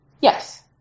Yes